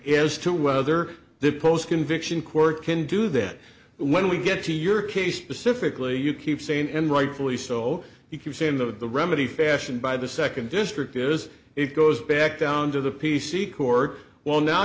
as to whether the post conviction court can do that but when we get to your case specifically you keep saying and rightfully so you could say in the remedy fashion by the second district is it goes back down to the p c court well now